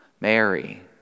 Mary